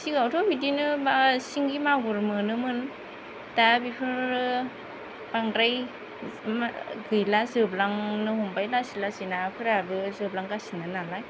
सिगाङावथ' बिदिनो बा सिंगि मागुर मोनोमोन दा बेफोरो बांद्राय गैला जोबलांनो हमबाय लासै लासै नाफोराबो जोबलांगासिनो नालाय